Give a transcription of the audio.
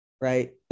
Right